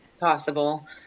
possible